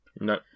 No